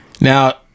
Now